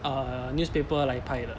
err newspaper 来拍的